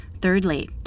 thirdly